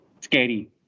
scary